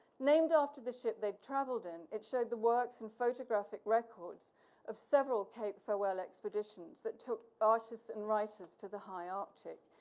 named after the ship they'd traveled in, it showed the works and photographic records of several cape farewell expeditions that took artists and writers to the high arctic.